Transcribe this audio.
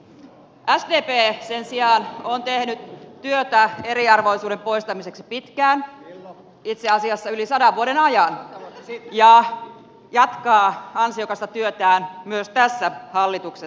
sdp sen sijaan on tehnyt työtä eriarvoisuuden poistamiseksi pitkään itse asiassa yli sadan vuoden ajan ja jatkaa ansiokasta työtään myös tässä hallituksessa